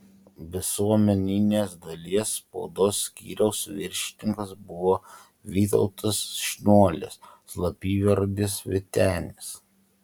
visuomeninės dalies spaudos skyriaus viršininkas buvo vytautas šniuolis slapyvardis vytenis